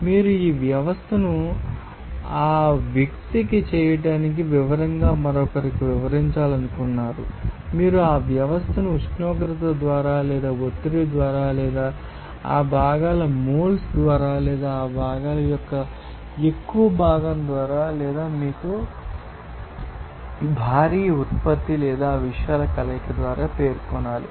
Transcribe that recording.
మీరు ఈ వ్యవస్థను ఆ వ్యక్తికి నకిలీ చేయడానికి వివరంగా మరొకరికి వివరించాలనుకుంటున్నారు మీరు ఆ వ్యవస్థను ఉష్ణోగ్రత ద్వారా లేదా ఒత్తిడి ద్వారా లేదా ఆ భాగాల మోల్స్ ద్వారా లేదా ఆ భాగాల యొక్క ఎక్కువ భాగం ద్వారా లేదా ఆ భాగాల యొక్క భారీ ఉత్పత్తి లేదా ఈ విషయాల కలయిక ద్వారా పేర్కొనాలి